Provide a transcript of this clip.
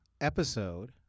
episode